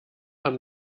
haben